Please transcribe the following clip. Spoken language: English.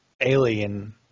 alien